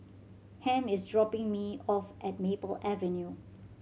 Ham is dropping me off at Maple Avenue